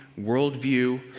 worldview